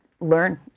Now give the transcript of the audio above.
learn